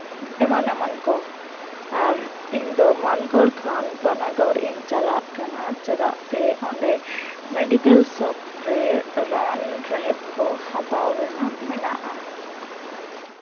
ᱮᱢᱟᱱ ᱮᱢᱟᱱ ᱠᱚ ᱟᱨ ᱤᱧ ᱫᱚ ᱢᱟᱱᱠᱚᱲ ᱠᱷᱚᱱ ᱯᱟᱱᱟᱜᱚᱲ ᱤᱧ ᱪᱟᱞᱟᱜ ᱠᱟᱱᱟ ᱪᱮᱫᱟᱜ ᱥᱮ ᱚᱸᱰᱮ ᱢᱮᱰᱤᱠᱮᱞ ᱥᱚᱯ ᱨᱮ ᱨᱟᱱ ᱨᱮᱦᱮᱫ ᱠᱚ ᱦᱟᱛᱟᱣ ᱨᱮᱭᱟᱜ ᱢᱮᱱᱟᱜᱼᱟ